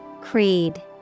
Creed